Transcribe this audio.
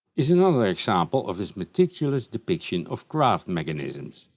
is another example of his meticulous depiction of craft mechanisms.